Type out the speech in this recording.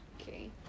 Okay